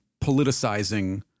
politicizing